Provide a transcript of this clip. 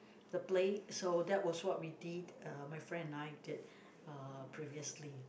the play so that was what we did uh my friend and I did uh previously